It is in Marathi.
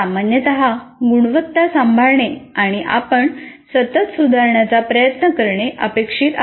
सामान्यत गुणवत्ता सांभाळणे आणि आपण सतत सुधारण्याचा प्रयत्न करणे अपेक्षित आहे